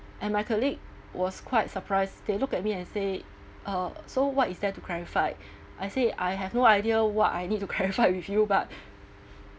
and my colleague was quite surprised they look at me and say uh so what is there to clarify I say I have no idea what I need to clarify with you but